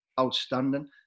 outstanding